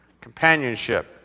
companionship